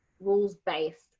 rules-based